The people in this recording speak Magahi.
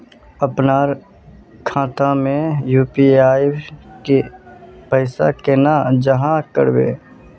अपना खाता में यू.पी.आई के पैसा केना जाहा करबे?